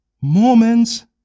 Mormons